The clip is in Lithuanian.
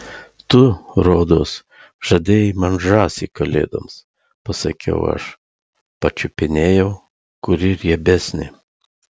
tu rodos žadėjai man žąsį kalėdoms pasakiau aš pačiupinėjau kuri riebesnė